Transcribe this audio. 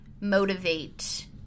motivate –